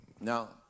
Now